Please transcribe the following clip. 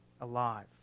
alive